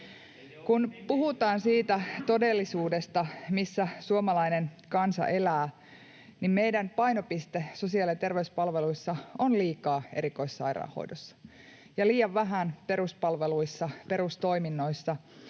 Kun puhutaan siitä todellisuudesta, missä suomalainen kansa elää, niin meidän painopiste sosiaali- ja terveyspalveluissa on liikaa erikoissairaanhoidossa ja liian vähän peruspalveluissa, perustoiminnoissa,